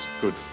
good